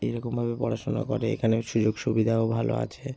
এরকমভাবে পড়াশুনো করে এখানে সুযোগ সুবিধাও ভালো আছে